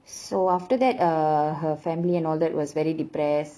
so after that uh her family and all that was very depressed